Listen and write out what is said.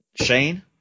Shane